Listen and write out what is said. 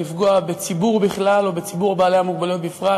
לפגוע בציבור בכלל או בציבור בעלי המוגבלויות בפרט,